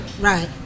Right